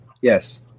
yes